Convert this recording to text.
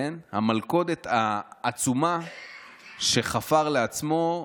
המלכודת העצומה שחפר לעצמו,